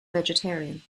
vegetarian